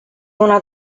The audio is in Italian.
una